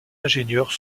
ingénieurs